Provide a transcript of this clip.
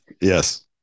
Yes